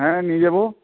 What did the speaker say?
হ্যাঁ নিয়ে যাবো